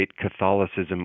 Catholicism